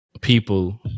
people